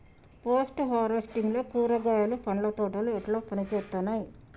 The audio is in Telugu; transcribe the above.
పోస్ట్ హార్వెస్టింగ్ లో కూరగాయలు పండ్ల తోటలు ఎట్లా పనిచేత్తనయ్?